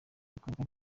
ibikorwa